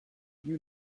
you